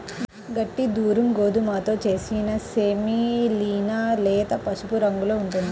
గట్టి దురుమ్ గోధుమతో చేసిన సెమోలినా లేత పసుపు రంగులో ఉంటుంది